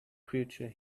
creature